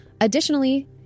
Additionally